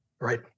Right